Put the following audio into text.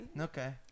Okay